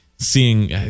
seeing